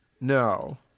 No